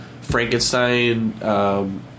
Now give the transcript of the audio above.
Frankenstein